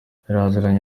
aziranye